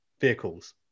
vehicles